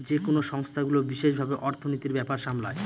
যেকোনো সংস্থাগুলো বিশেষ ভাবে অর্থনীতির ব্যাপার সামলায়